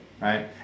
Right